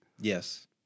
Yes